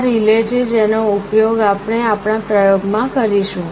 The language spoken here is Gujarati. આ રિલે છે જેનો ઉપયોગ આપણે આપણા પ્રયોગ માં કરીશું